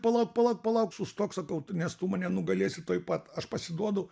palauk palauk palauk sustok sakau nes tu mane nugalėsi tuoj pat aš pasiduodu